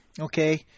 okay